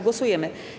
Głosujemy.